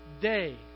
day